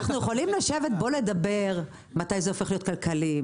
אנחנו יכולים לשבת פה ולדבר מתי זה הופך להיות כלכלי,